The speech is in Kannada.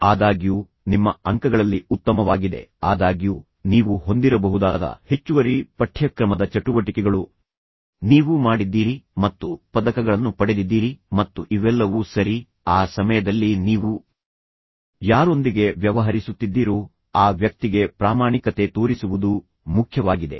ಆದಾಗ್ಯೂ ನಿಮ್ಮ ಅಂಕಗಳಲ್ಲಿ ಉತ್ತಮವಾಗಿದೆ ಆದಾಗ್ಯೂ ನೀವು ಹೊಂದಿರಬಹುದಾದ ಹೆಚ್ಚುವರಿ ಪಠ್ಯಕ್ರಮದ ಚಟುವಟಿಕೆಗಳು ನೀವು ಮಾಡಿದ್ದೀರಿ ಮತ್ತು ಪದಕಗಳನ್ನು ಪಡೆದಿದ್ದೀರಿ ಮತ್ತು ಇವೆಲ್ಲವೂ ಸರಿ ಆ ಸಮಯದಲ್ಲಿ ನೀವು ಯಾರೊಂದಿಗೆ ವ್ಯವಹರಿಸುತ್ತಿದ್ದೀರೋ ಆ ವ್ಯಕ್ತಿಗೆ ಪ್ರಾಮಾಣಿಕತೆ ತೋರಿಸುವುದು ಮುಖ್ಯವಾಗಿದೆ